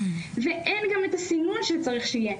ואין גם את הסימון שצריך שיהיה.